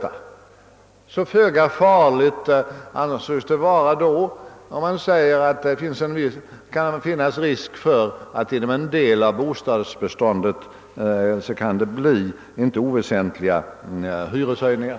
Så föga farligt ansågs det vara då, när man sade att det kan finnas risk för att det inom en del av bostadsbeståndet kan bli inte oväsentliga hyreshöjningar.